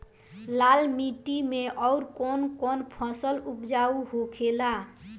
लाल माटी मे आउर कौन कौन फसल उपजाऊ होखे ला?